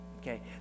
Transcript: Okay